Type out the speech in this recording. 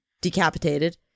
decapitated